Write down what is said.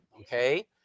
okay